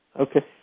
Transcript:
Okay